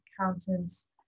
accountants